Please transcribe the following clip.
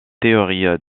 théorie